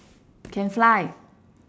can fly